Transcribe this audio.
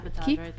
Keep